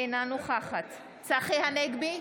אינה נוכחת צחי הנגבי,